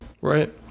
Right